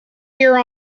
here